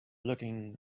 looking